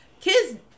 kids